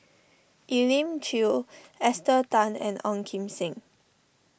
Elim Chew Esther Tan and Ong Kim Seng